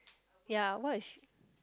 ya what is she